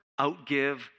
outgive